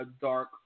dark